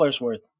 worth